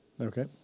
Okay